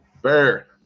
Bear